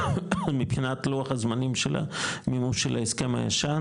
מבחינת לוח הזמנים של המימוש של ההסכם הישן